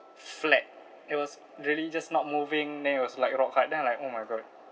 flat it was really just not moving then it was like rock hard then I'm like oh my god